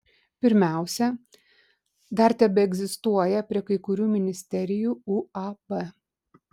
pirmiausia dar tebeegzistuoja prie kai kurių ministerijų uab